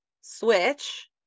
Switch